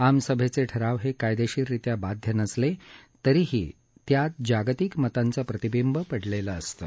आमसभेचे ठराव हे कायदेशीर रित्या बाध्य नसले तरीही त्यात जागतिक मतांचं प्रतिबिंब पडलेलं असतं